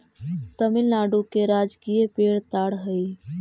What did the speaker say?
तमिलनाडु के राजकीय पेड़ ताड़ हई